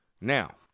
now